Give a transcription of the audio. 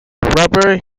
robert